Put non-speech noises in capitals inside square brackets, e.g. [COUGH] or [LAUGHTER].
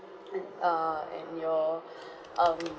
uh err and your [BREATH] um